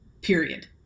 period